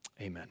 Amen